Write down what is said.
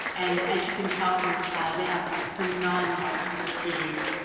and, as you can tell from this call, they have phenomenal expertise.